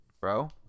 bro